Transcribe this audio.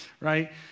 right